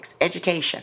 education